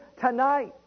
tonight